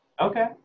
Okay